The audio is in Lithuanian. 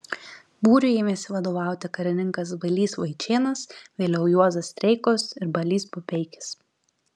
būriui ėmėsi vadovauti karininkas balys vaičėnas vėliau juozas streikus ir balys pupeikis